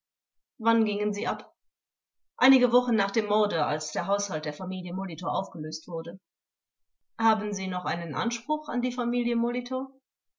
wann gingen sie ab zeuge einige wochen nach dem morde als der haushalt der familie molitor aufgelöst wurde vors haben sie noch einen anspruch an die familie